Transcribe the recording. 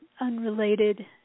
unrelated